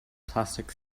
plastic